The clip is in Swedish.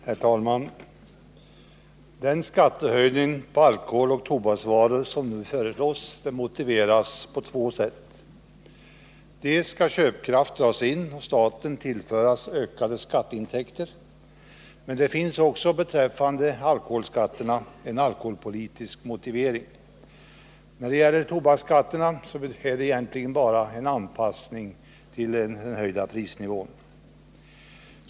Herr talman! Den skattehöjning på alkoholoch tobaksvaror som nu föreslås motiveras på två sätt. Den första motiveringen är att köpkraft skall dras in och staten tillföras ökade skatteintäkter. Den andra motiveringen, beträffande alkoholskatterna, är av alkoholpolitisk art. När det gäller skatten på tobaksvaror är det egentligen bara fråga om en anpassning till den höjda prisnivån.